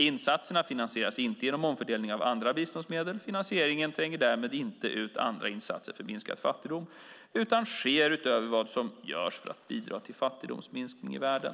Insatserna finansieras inte genom omfördelning av andra biståndsmedel. Finansieringen tränger därmed inte ut andra insatser för minskad fattigdom utan sker utöver vad som görs för att bidra till fattigdomsminskning i världen.